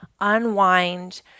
unwind